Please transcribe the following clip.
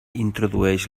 introdueix